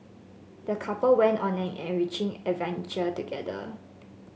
the couple went on an enriching adventure together